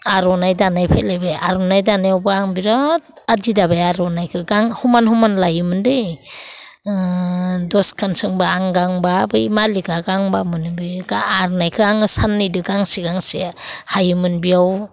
आर'नाय दानाय फैलायबाय आर'नाय दानायावबो आं बिराद आदि दाबाय आर'नायखौ गां समान समान लायोमोनदे दसखान सोंबा आं गांबा बै मालिगआ गांबा मोनो बे गांबा आर'नायखौ आङो सान्नैजों गांसे गांसे हायोमोन बेयाव